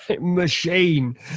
machine